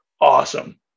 awesome